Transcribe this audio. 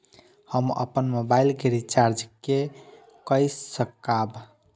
हम अपन मोबाइल के रिचार्ज के कई सकाब?